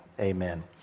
amen